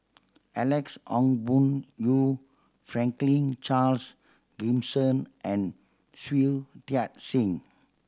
Alex Ong Boon Hau Franklin Charles Gimson and Shui Tit Sing